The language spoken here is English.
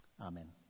Amen